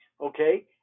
Okay